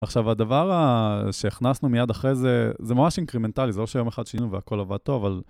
עכשיו הדבר שהכנסנו מיד אחרי זה, זה ממש אינקרימנטלי, זה לא שיום אחד שינינו והכל עבד טוב, אבל...